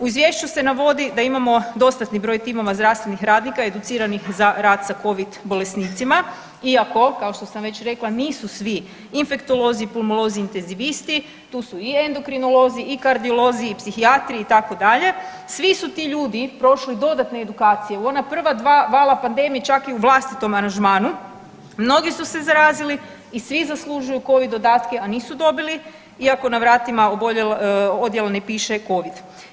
U izvješću se navodi da imamo dostatni broj timova zdravstvenih radnika educiranih za rad sa covid bolesnicima, iako kao što sam već rekla nisu svi infektolozi, pulmolozi, intezivisti tu su i endokrinolozi i kardiolozi i psihijatri itd. svi su ti ljudi prošli dodatne edukcije u ona prva dva vala pandemije čak i u vlastitom aranžmanu mnogi su se zarazili i svi zaslužuju covid dodatke, a nisu dobili iako na vratima odjela ne piše covid.